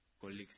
colleagues